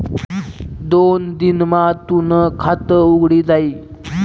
दोन दिन मा तूनं खातं उघडी जाई